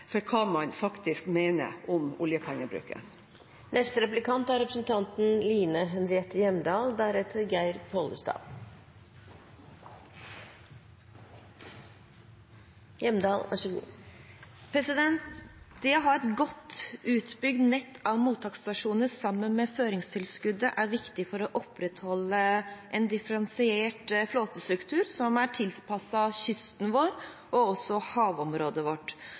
for hva man faktisk mener om oljepengebruken. Det å ha et godt utbygd nett av mottaksstasjoner, sammen med føringstilskuddet, er viktig for å opprettholde en differensiert flåtestruktur som er tilpasset kysten vår og også havområdet vårt.